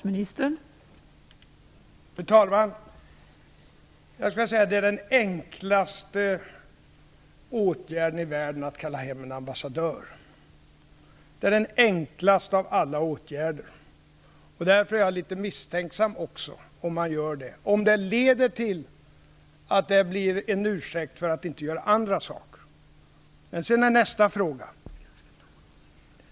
Fru talman! Det är den enklaste åtgärd i världen att kalla hem en ambassadör. Det är den enklaste av alla åtgärder. Därför är jag också litet misstänksam. Om man gör det kan det leda till att det blir en ursäkt för att inte göra andra saker. Sedan kommer nästa fråga.